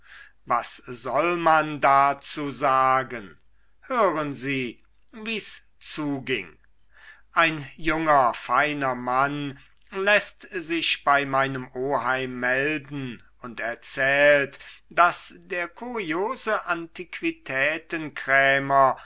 was soll man dazu sagen hören sie wie's zuging ein junger feiner mann läßt sich bei meinem oheim melden und erzählt daß der kuriose antiquitätenkrämer